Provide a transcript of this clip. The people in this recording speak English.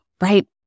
right